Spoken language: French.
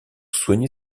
soigner